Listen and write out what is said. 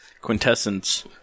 quintessence